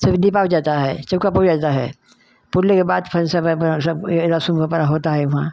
शुभ दीपक जाता है चौका पुर जाता है पुरने के बाद फेन सब अपना सब रश्म उहाँ पर होता है वहाँ